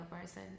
person